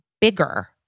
bigger